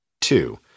Two